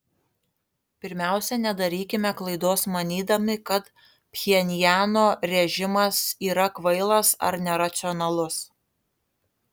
pirmiausia nedarykime klaidos manydami kad pchenjano režimas yra kvailas ar neracionalus